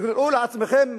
תארו לעצמכם,